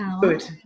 Good